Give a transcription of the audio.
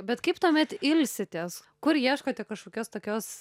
bet kaip tuomet ilsitės kur ieškote kažkokios tokios